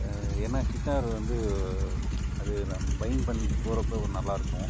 ஏன்னா கிட்டார் வந்து அது நம்ம பைன் பண்ணிவிட்டு போறப்போ ஒரு நல்லா இருக்கும்